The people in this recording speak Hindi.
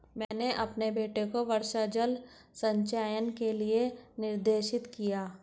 मैंने अपने बेटे को वर्षा जल संचयन के लिए निर्देशित किया